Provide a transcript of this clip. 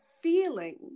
feeling